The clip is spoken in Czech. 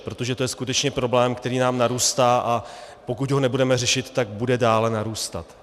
Protože to je skutečně problém, který nám narůstá, a pokud ho nebudeme řešit, tak bude dále narůstat.